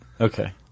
Okay